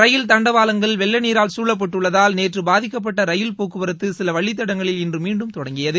ரயில் தண்டவாளங்கள் வெள்ளநீரால் சூழப்பட்டுள்ளதால் நேற்று பாதிக்கப்பட்ட ரயில்போக்குவரத்து சில வழித்தடங்களில் இன்று மீண்டும் தொடங்கியது